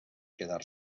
quedar